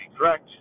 correct